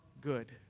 good